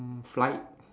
flight